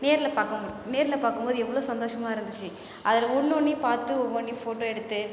நேர்ல பார்க்க நேர்ல பார்க்கும்போது எவ்வளோ சந்தோசமாக இருந்துச்சு அது ஒன்னொன்றையும் பார்த்து ஒவ்வொன்றையும் ஃபோட்டோ எடுத்து